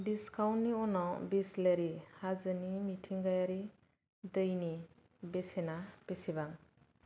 दिस्काउन्टनि उनाव बिसलेरि हाजोनि मिथिंगायारि दैनि बेसेना बेसेबां